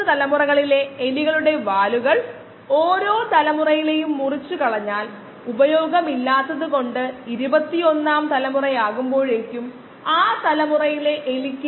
70 degree സെൽഷ്യസിൽ കോശങ്ങളുടെ ഏകാഗ്രത അതിന്റെ യഥാർത്ഥ മൂല്യത്തിന്റെ 20 ശതമാനമായി കുറയ്ക്കാൻ 5 മിനിറ്റ് എടുക്കും